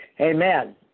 Amen